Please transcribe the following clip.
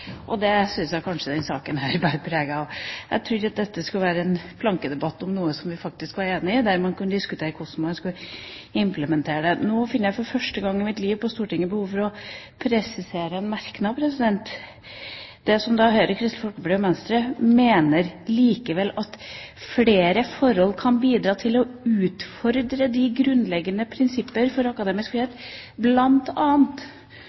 og det syns jeg kanskje denne saken bærer preg av. Jeg trodde at dette skulle være en plankedebatt om noe som vi faktisk var enige om, der vi kunne diskutere hvordan man skulle implementere dette. Nå finner jeg for første gang i mitt liv på Stortinget behov for å presisere en merknad: «Komiteens medlemmer fra Høyre, Kristelig Folkeparti og Venstre mener likevel at flere forhold kan bidra til å utfordre de grunnleggende prinsipper for akademisk